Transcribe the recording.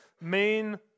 main